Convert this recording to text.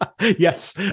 yes